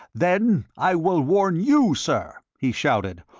then i will warn you, sir! he shouted.